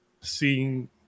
seeing